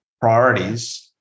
priorities